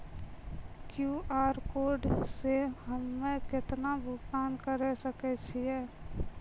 QR code से हम्मय केतना भुगतान करे सके छियै?